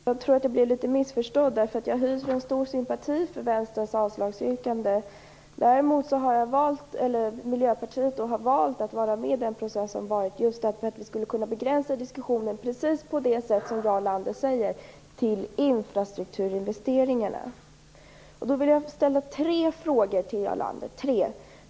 Herr talman! Jag tror att jag blev litet missförstådd. Jag hyser en stor sympati för Vänsterns avslagsyrkande. Däremot har Miljöpartiet valt att vara med i processen just för att vi skall kunna begränsa diskussionen till infrastrukturinvesteringar, precis på det sätt som Jarl Lander säger. Jag vill ställa tre frågor till Jarl Lander.